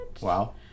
Wow